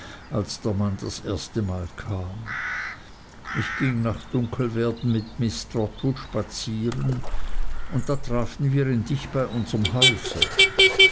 als der mann das erstemal kam ich ging nach dunkelwerden mit miß trotwood spazieren und da trafen wir ihn dicht bei unserm hause